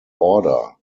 order